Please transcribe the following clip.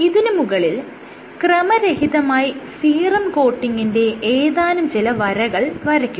ഇതിന് മുകളിൽ ക്രമരഹിതമായി സീറം കോട്ടിങിന്റെ ഏതാനും ചില വരകൾ വരയ്ക്കുക